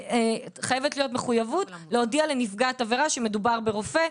חייבת להיות מחויבות להודיע לנפגעת עבירה שמדובר ברופא,